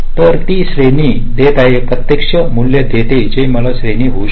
तर ती एक श्रेणी देते प्रत्यक्षात नाही मूल्य देते जे मला श्रेणी देऊ शकते